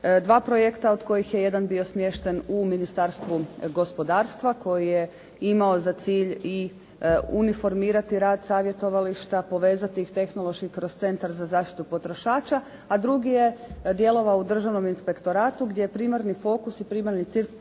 Dva projekta od kojih je jedan bio smješten u Ministarstvu gospodarstva, koji je imao za cilj i uniformirati rad savjetovališta, povezati ih tehnološki kroz Centar za zaštitu potrošača, a drugi je djelovao u Državnom inspektoratu gdje je primarni fokus i primarni cilj